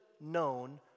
known